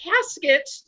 casket